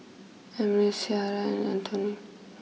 Emilee Ciarra and Antoinette